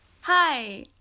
Hi